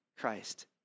Christ